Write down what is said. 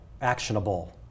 actionable